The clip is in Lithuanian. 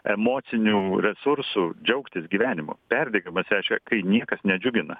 emociniu resurs džiaugtis gyvenimu perdegimas reiškia kai niekas nedžiugina